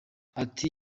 ati